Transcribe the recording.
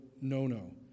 no-no